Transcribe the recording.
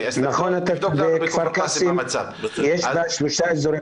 בכפר קאסם יש 3 אזורי